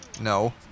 No